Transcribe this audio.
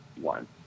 one